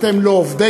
אתם לא עובדינו.